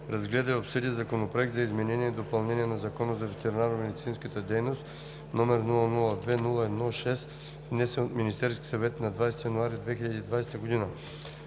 разгледа и обсъди Законопроект за изменение и допълнение на Закона за ветеринарномедицинската дейност, № 002-01-6, внесен от Министерския съвет на 20 януари 2020 г.